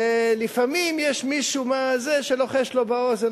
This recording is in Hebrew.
ולפעמים יש מישהו שלוחש לו באוזן,